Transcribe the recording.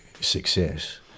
success